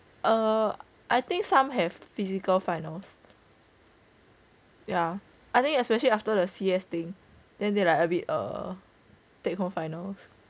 err I think some have physical finals yah I think especially after the C_S thing then they like a bit err take home finals